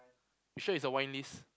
you sure it's a wine list